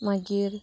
मागीर